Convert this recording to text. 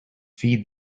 feed